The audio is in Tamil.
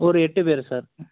ஒரு எட்டு பேரு சார்